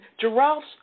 giraffes